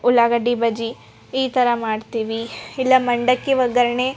ಉಳ್ಳಾಗಡ್ಡಿ ಬಜ್ಜಿ ಈ ಥರ ಮಾಡ್ತೀವಿ ಇಲ್ಲ ಮಂಡಕ್ಕಿ ಒಗ್ಗರಣೆ